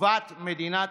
טובת מדינת